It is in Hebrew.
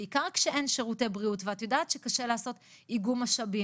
בעיקר כשאין שירותי בריאות ואת יודעת שקשה לעשות איגום משאבים,